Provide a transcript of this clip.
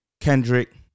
Kendrick